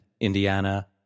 Indiana